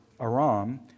Aram